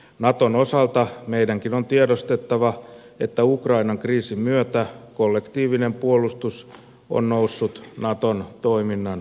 naton osalta meidänkin on tiedostettava että ukrainan kriisin myötä kollektiivinen puolustus on noussut naton toiminnan keskiöön